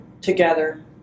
together